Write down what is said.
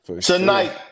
Tonight